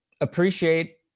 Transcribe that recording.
appreciate